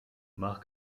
mach